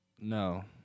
no